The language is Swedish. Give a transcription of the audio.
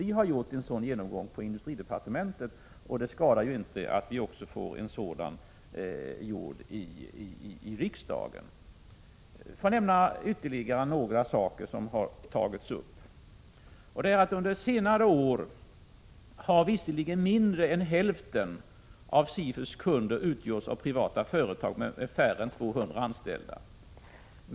Vi har gjort en sådan genomgång på industridepartementet, och det skadar inte att få en sådan gjord också i riksdagen. Låt mig nämna ytterligare några saker som har tagits upp. Under senare år har visserligen mindre än hälften av SIFU:s kunder utgjorts av privata företag med färre än 200 anställda.